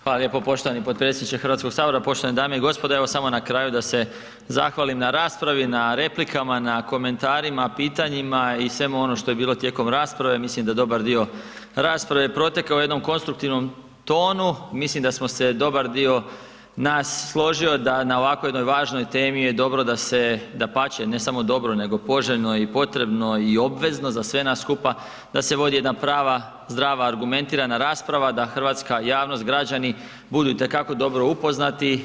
Hvala lijepo poštovani potpredsjedniče Hrvatskog sabora, poštovane dame i gospodo, Evo samo na kraju da se zahvalim na raspravi, na replikama, na komentarima, pitanjima i svemu onom što je bilo tijekom rasprave, mislim da dobar dio rasprave je protekao u jednom konstruktivnom tonu, mislim da smo se dobar dio nas složio da na ovakvoj jednoj važnoj temi je dobro da se, dapače, ne samo dobro nego poželjno i potrebni obvezno za sve nas skupa, da se vodi jedna prava zdrava argumentirana rasprava, da hrvatska javnost, građani budu itekako dobro upoznati.